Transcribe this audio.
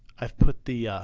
i've put the,